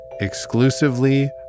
exclusively